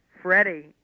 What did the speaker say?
Freddie